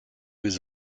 was